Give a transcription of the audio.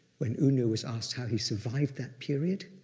when u nu was asked how he survived that period,